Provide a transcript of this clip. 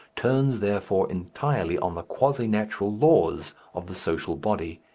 turns, therefore, entirely on the quasi-natural laws of the social body.